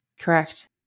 Correct